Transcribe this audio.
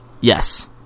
Yes